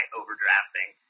overdrafting